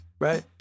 right